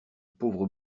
pauvre